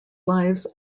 lives